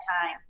time